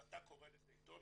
אם אתה קורא לזה עיתון,